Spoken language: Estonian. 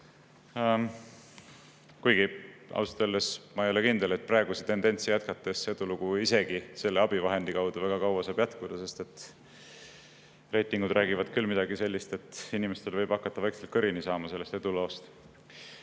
Kuigi ausalt öeldes ma ei ole kindel, et praegust tendentsi jätkates see edulugu isegi selle abivahendi kaudu väga kaua saab jätkuda, sest reitingud räägivad küll midagi sellist, et inimestel võib hakata vaikselt kõrini saama sellest eduloost.